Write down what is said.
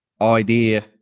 idea